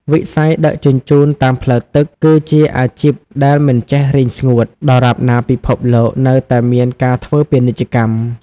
វិស័យដឹកជញ្ជូនតាមផ្លូវទឹកគឺជាអាជីពដែលមិនចេះរីងស្ងួត ដរាបណាពិភពលោកនៅតែមានការធ្វើពាណិជ្ជកម្ម។